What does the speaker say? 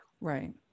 Right